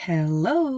Hello